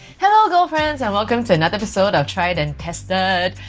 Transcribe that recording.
hello girlfriends and welcome to another episode of tried and tested.